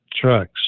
trucks